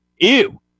Ew